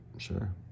sure